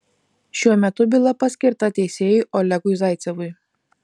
šiuo metu byla paskirta teisėjui olegui zaicevui